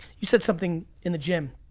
you said something in the gym.